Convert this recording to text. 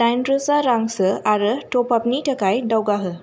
दाइन रोजा रां सो आरो ट'पआपनि थाखाय दावगाहो